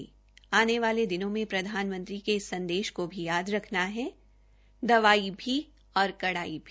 आने वाले दिनों में प्रधानमंत्री के इस संदेश को भी याद रखना है दवाई भी और कड़ाई भी